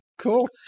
Cool